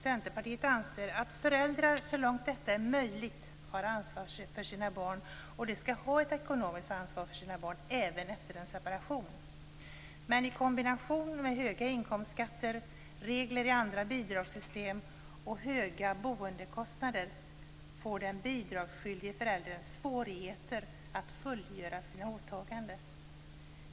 Centerpartiet anser att föräldrar så långt detta är möjligt har ansvar för sina barn, och de skall ha ett ekonomiskt ansvar för sina barn även efter en separation. Men i kombination med höga inkomstskatter, regler i andra bidragssystem och höga boendekostnader får den bidragsskyldige föräldern svårigheter att fullgöra sina åtaganden.